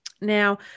Now